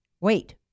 Wait